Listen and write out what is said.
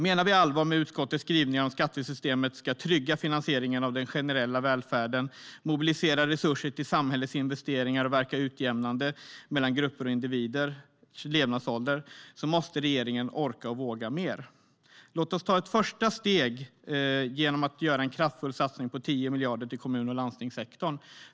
Menar vi allvar med utskottets skrivningar om att skattesystemet ska trygga finansieringen av den generella välfärden, mobilisera resurser till samhällets investeringar och verka utjämnande mellan grupper och individernas levnadsålder måste regeringen orka och våga mer. Låt oss ta ett första steg genom att göra en kraftfull satsning på 10 miljarder till kommun och landstingssektorn.